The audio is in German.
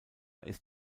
ist